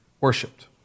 worshipped